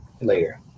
later